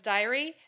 Diary